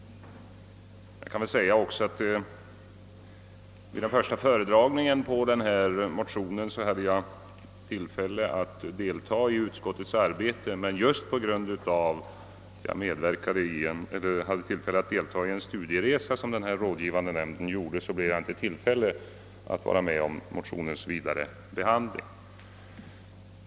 Jag kan också nämna att jag hade tillfälle att delta i utskottets arbete vid den första föredragningen av denna motion, men just på grund av att jag deltog i en studieresa som den rådgivande nämnden gjorde hade jag inte tillfälle att vara med om motionens vidare behandling.